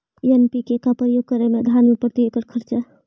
NPK का प्रयोग करे मे धान मे प्रती एकड़ खर्चा?